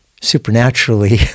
supernaturally